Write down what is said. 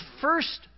first